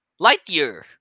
Lightyear